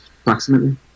approximately